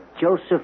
Joseph